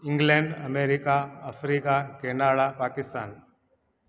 England America Africa Canada Pakistan